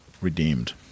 redeemed